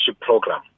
Program